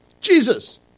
Jesus